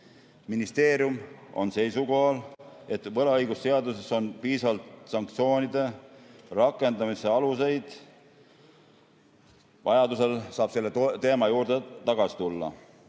Ministeerium on seisukohal, et võlaõigusseaduses on piisavalt sanktsioonide rakendamise aluseid. Vajadusel saab selle teema juurde tagasi tulla.